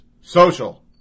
social